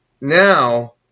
now